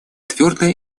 твердо